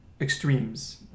extremes